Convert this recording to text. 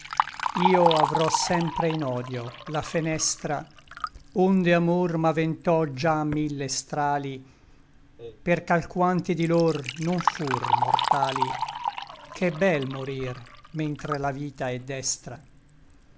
io avrò sempre in odio la fenestra onde amor m'aventò già mille strali perch'alquanti di lor non fur mortali ch'è bel morir mentre la vita è dextra